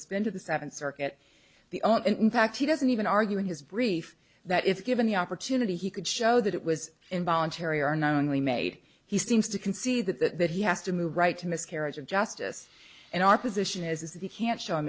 it's been to the seventh circuit the own and in fact he doesn't even argue in his brief that if given the opportunity he could show that it was involuntary or knowingly made he seems to concede that that he has to move right to miscarriage of justice and our position is that he can't show